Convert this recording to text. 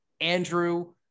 Andrew